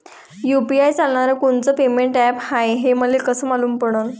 UPI चालणारं कोनचं payment app हाय, हे मले कस मालूम पडन?